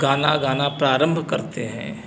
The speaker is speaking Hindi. गाना गाना प्रारम्भ करते हैं